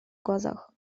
глазах